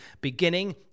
beginning